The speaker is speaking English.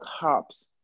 cops